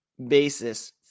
basis